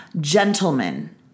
gentlemen